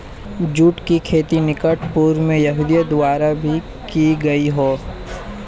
जुट की खेती निकट पूर्व में यहूदियों द्वारा भी की गई हो